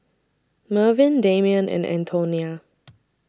Mervyn Damion and Antonia